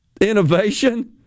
Innovation